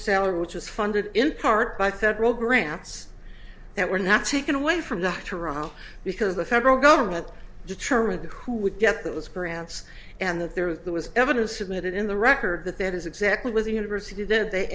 salary which was funded in part by federal grants that were not taken away from the toronto because the federal government determined who would get those grants and that there was there was evidence submitted in the record that that is exactly what the university did they